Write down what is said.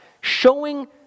showing